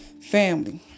family